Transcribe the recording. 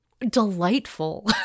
delightful